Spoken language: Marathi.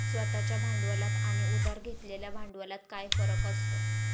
स्वतः च्या भांडवलात आणि उधार घेतलेल्या भांडवलात काय फरक असतो?